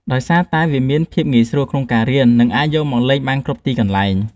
ដោយសារតែវាមានភាពងាយស្រួលក្នុងការរៀន និងអាចយកមកលេងបានគ្រប់ទីកន្លែង។